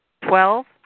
Twelve